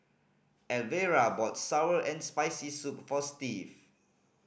Alvera bought sour and Spicy Soup for Steve